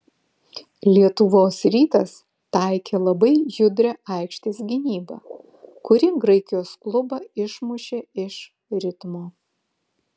lietuvos rytas taikė labai judrią aikštės gynybą kuri graikijos klubą išmušė iš ritmo